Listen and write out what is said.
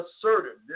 assertive